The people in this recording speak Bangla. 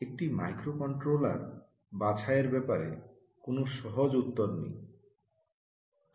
একটি মাইক্রোকন্ট্রোলার বাছাইয়ের ব্যাপারে কোনও সহজ উত্তর নেই